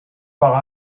par